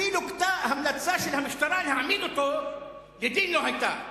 אפילו המלצה של המשטרה להעמיד אותו לדין לא היתה,